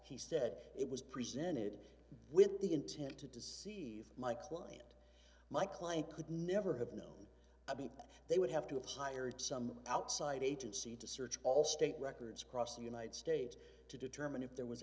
he said it was presented with the intent to deceive my client my client could never have known that they would have to have hired some outside agency to search all state records across the united states to determine if there was